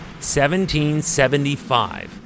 1775